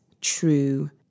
true